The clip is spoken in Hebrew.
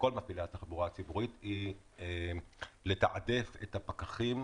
לכל מפעילי התחבורה הציבורית היא לתעדף את הפקחים